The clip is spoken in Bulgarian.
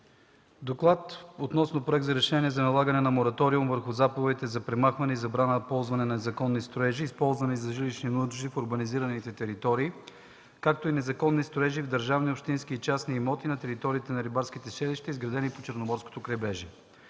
„ДОКЛАД относно Проект за решение за налагане на мораториум върху заповедите за премахване и забрана ползването на незаконни строежи, използвани за жилищни нужди в урбанизираните територии, както и незаконни строежи в държавни, общински и частни имоти на териториите на рибарските селища, изградени по Черноморското крайбрежие